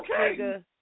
Okay